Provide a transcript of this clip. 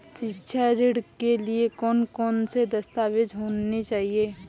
शिक्षा ऋण के लिए कौन कौन से दस्तावेज होने चाहिए?